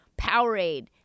Powerade